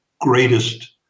greatest